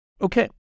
Okay